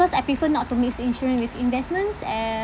cause I prefer not to mix insurance with investments uh